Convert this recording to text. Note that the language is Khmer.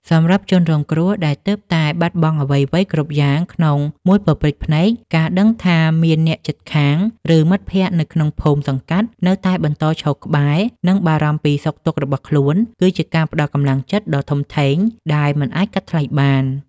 សម្រាប់ជនរងគ្រោះដែលទើបតែបាត់បង់អ្វីៗគ្រប់យ៉ាងក្នុងមួយប៉ព្រិចភ្នែក ការដឹងថាមានអ្នកជិតខាង ឬមិត្តភក្តិនៅក្នុងភូមិសង្កាត់នៅតែបន្តឈរក្បែរ និងបារម្ភពីសុខទុក្ខរបស់ខ្លួន គឺជាការផ្ដល់កម្លាំងចិត្តដ៏ធំធេងដែលមិនអាចកាត់ថ្លៃបាន។